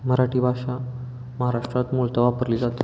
मराठी भाषा महाराष्ट्रात मूलतः वापरली जाते